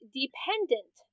dependent